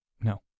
No